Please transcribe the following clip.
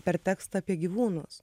per tekstą apie gyvūnus